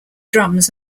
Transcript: drums